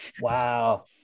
wow